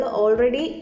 already